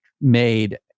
made